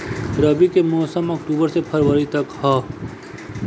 रबी के मौसम अक्टूबर से फ़रवरी तक ह